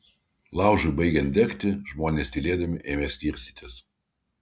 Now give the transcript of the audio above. laužui baigiant degti žmonės tylėdami ėmė skirstytis